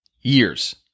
years